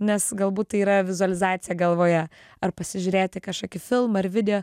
nes galbūt tai yra vizualizacija galvoje ar pasižiūrėti kažkokį filmą ar video